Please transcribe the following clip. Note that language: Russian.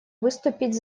выступить